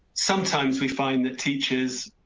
sometimes we find that teachers.